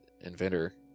inventor